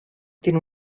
tiene